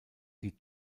die